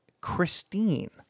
Christine